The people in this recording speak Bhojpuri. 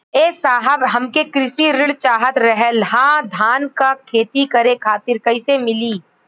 ए साहब हमके कृषि ऋण चाहत रहल ह धान क खेती करे खातिर कईसे मीली?